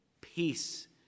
peace